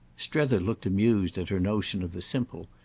strether looked amused at her notion of the simple,